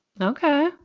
Okay